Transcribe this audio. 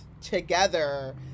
together